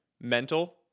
Mental